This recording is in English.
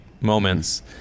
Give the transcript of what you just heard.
moments